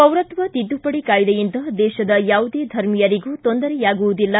ಪೌರತ್ವ ತಿದ್ದುಪಡಿ ಕಾಯ್ದೆಯಿಂದ ದೇಶದ ಯಾವುದೇ ಧರ್ಮಿಯರಿಗೂ ತೊಂದರೆಯಾಗುವುದಿಲ್ಲ